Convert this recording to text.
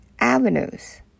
avenues